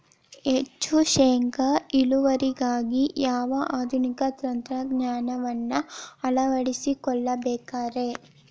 ಹೆಚ್ಚು ಶೇಂಗಾ ಇಳುವರಿಗಾಗಿ ಯಾವ ಆಧುನಿಕ ತಂತ್ರಜ್ಞಾನವನ್ನ ಅಳವಡಿಸಿಕೊಳ್ಳಬೇಕರೇ?